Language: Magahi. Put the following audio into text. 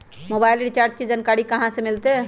मोबाइल रिचार्ज के जानकारी कहा से मिलतै?